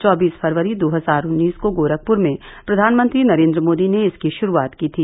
चौबीस फरवरी दो हजार उन्नीस को गोरखपुर में प्रधानमंत्री नरेन्द्र मोदी ने इसकी शुरूआत की थी